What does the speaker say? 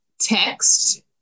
text